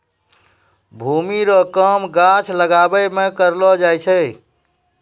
भूमि रो काम गाछ लागाबै मे करलो जाय छै